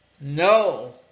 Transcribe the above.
No